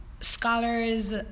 scholars